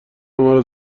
مرا